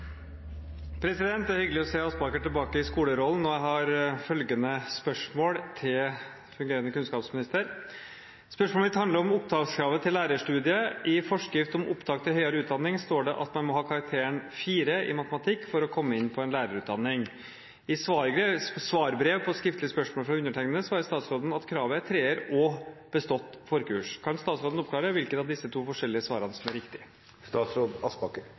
handler om opptakskravet til lærerstudiet. I forskrift om opptak til høyere utdanning står det at man må ha karakteren 4,0 i matematikk for å komme inn på en lærerutdanning. I svarbrev på skriftlig spørsmål fra undertegnede svarer statsråden at kravet er en treer og forkurs. Kan statsråden oppklare hvilket av disse to forskjellige svarene som er riktig?»